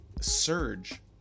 surge